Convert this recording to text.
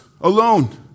alone